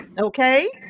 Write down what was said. Okay